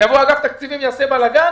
יבוא אגף תקציבים ויעשה בלגן,